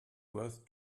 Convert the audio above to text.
worth